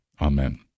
Amen